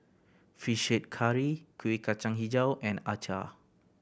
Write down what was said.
Fish Head Curry Kuih Kacang Hijau and acar